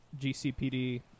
GCPD